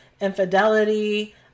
infidelity